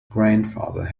grandfather